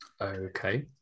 okay